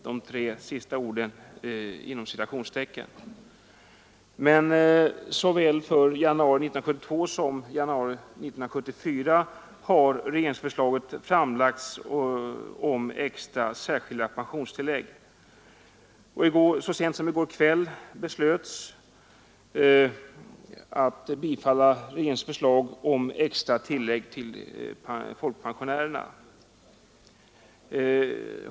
Men såväl för januari 1972 som för januari 1974 har regeringsförslag framlagts om extra eller särskilda pensionstillägg. Och så sent som i går kväll beslöt riksdagen bifalla regeringens förslag om extra tillägg till folkpensionärerna.